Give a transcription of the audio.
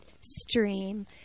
stream